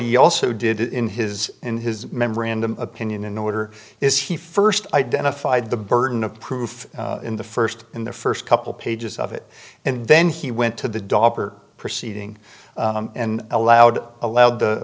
you also did in his in his memorandum opinion in order is he first identified the burden of proof in the first in the first couple pages of it and then he went to the daughter proceeding and allowed allowed t